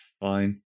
fine